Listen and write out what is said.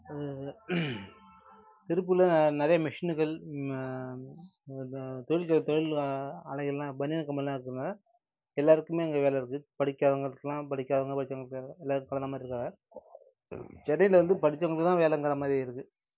அது திருப்பூரில் நிறையா மெஷின்கள் மெ அதான் தொழில் தொழில் ஆ ஆலைகள்லாம் பனியன் கம்பெனிலாம் இருக்கனால எல்லோருக்குமே அங்கே வேலை இருக்குது படிக்காதவங்களுக்குலாம் படிக்காதவங்க படிச்சவங்க கிடையாது எல்லோருக்கும் கலந்த மாதிரி இருக்குது வேலை சென்னையில் வந்து படித்தவங்களுக்கு தான் வேலங்கிற மாதிரி இருக்குது